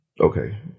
Okay